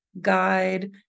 guide